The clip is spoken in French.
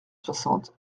soixante